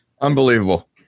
Unbelievable